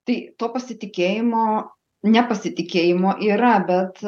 tai to pasitikėjimo nepasitikėjimo yra bet